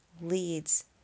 leads